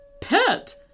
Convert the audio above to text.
pet